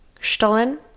Stollen